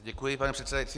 Děkuji, pane předsedající.